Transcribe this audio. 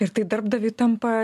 ir tai darbdaviui tampa